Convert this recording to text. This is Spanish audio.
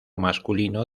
masculino